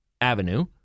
Avenue